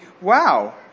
Wow